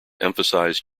emphasized